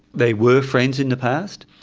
they were friends in the past.